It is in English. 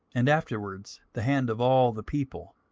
and afterwards the hand of all the people.